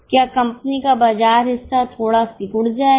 क्या कंपनी का बाजार हिस्सा थोड़ा सिकुड़ जाएगा